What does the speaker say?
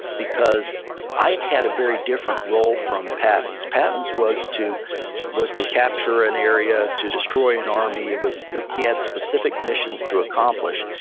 because ike had a very different role from patton's. patton's was to was to capture an area, to destroy an army. he had specific missions to accomplish.